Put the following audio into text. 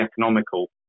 economical